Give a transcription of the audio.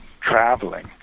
traveling